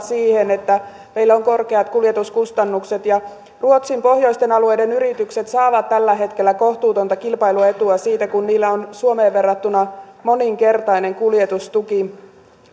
siihen että meillä on korkeat kuljetuskustannukset ruotsin pohjoisten alueiden yritykset saavat tällä hetkellä kohtuutonta kilpailuetua siitä kun niillä on suomeen verrattuna moninkertainen kuljetustuki